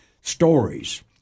stories